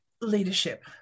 leadership